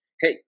Hey